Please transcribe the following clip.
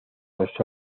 las